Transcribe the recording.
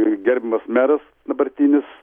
ir gerbiamas meras dabartinis